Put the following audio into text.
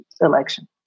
election